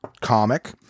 comic